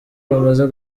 bamaze